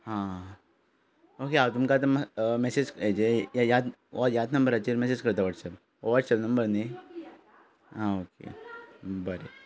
आं ओके हांव तुमकां आतां मेसेज हेजेर ह्यात नंबराचेर मेसेज करतां वोट्सएप हो एक्चुअल नंबर न्ही हा ओके बरें